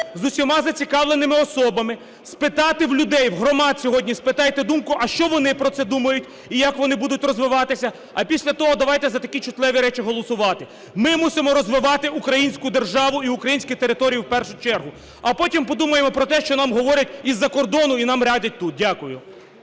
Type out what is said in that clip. з усіма зацікавленими особами. Спитати в людей, в громад сьогодні спитайте думку, а що вони про це думають, і як вони будуть розвиватися, а після того, давайте за такі чутливі речі голосувати. Ми мусимо розвивати українську державу і українські території в першу чергу, а потім подумаємо про те, що нам говорять із-за кордону і нам радять тут. Дякую.